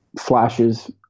flashes